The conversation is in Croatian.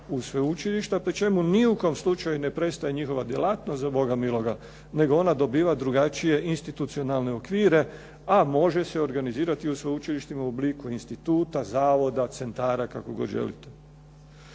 u sveučilišta, pri čemu ni u kom slučaju ne prestaje njihova djelatnost, za Boga miloga, nego ona dobiva drugačije institucionalne okvire, a može se organizirati u sveučilištima u obliku instituta, zavoda, centara, kako god želite.